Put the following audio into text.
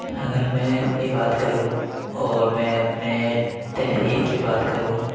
اگر میں اپنی بات کروں اور میں اپنے تحریر کی بات کروں